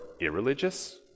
irreligious